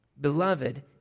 Beloved